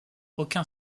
aucun